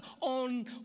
on